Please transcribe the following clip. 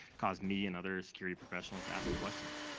cause me and other security professionals to ask the questions,